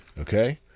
Okay